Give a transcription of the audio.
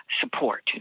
support